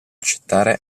accettare